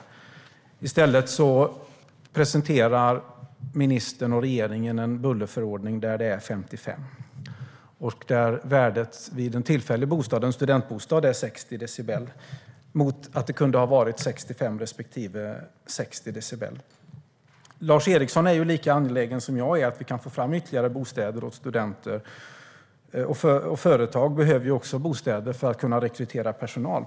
Ministern och regeringen presenterar i stället en bullerförordning där värdet är 55, och vid en tillfällig bostad, en studentbostad, är värdet 60 decibel mot att det kunde ha varit 60 respektive 65 decibel. Lars Eriksson är lika angelägen som jag om att få fram ytterligare bostäder åt studenter. Företag behöver också bostäder för att kunna rekrytera personal.